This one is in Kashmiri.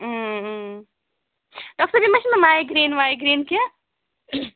ڈاکٹر صٲب یہِ ما چھُ مےٚ مایگرٛیٖن وایگرٛیٖن کیٚنٛہہ